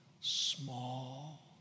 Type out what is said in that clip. small